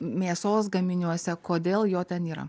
mėsos gaminiuose kodėl jo ten yra